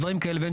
דברים כאלה.